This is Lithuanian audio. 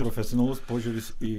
profesionalus požiūris į